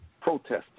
protesting